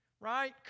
Right